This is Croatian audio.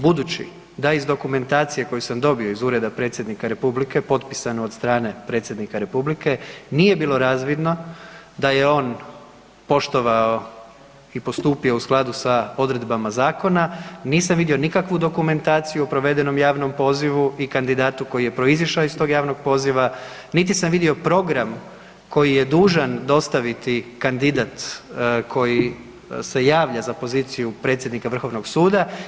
Budući da iz dokumentacije koju sam dobio iz ureda predsjednika RH potpisanu od strane predsjednika republike nije bilo razvidno da je on poštovao i postupio u skladu sa odredbama zakona, nisam vidio nikakvu dokumentaciju u provedenom javnom pozivu i kandidatu koji je proizašao iz tog javnog poziva, niti sam vidio program koji je dužan dostaviti kandidat koji se javlja za poziciju predsjednika vrhovnog suda.